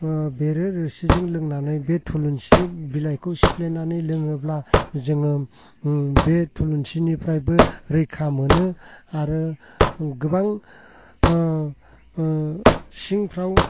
बेरे रोसिजों लोंनानै बे थुलुंसि बिलाइखौ सिफ्लेनानै लोङोब्ला जोङो बे थुलुंसिनिफ्रायबो रैखा मोनो आरो गोबां सिंफ्राव